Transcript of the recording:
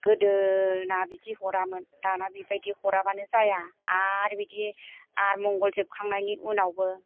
गोदोना बिदि हरामोन दाना बिबायदि हराबानो जाया आरो बिदि आथमंगल जोबखांनायनि उनावबो